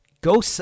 go